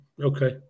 okay